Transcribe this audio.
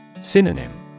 Synonym